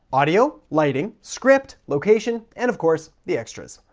audio, lighting, script, location, and of corse the extras.